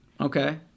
Okay